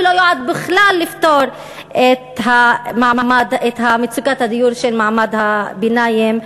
ולא יועד בכלל לפתור את מצוקת הדיור של מעמד הביניים,